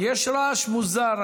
יש רעש מוזר.